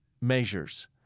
measures